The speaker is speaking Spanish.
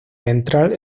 ventral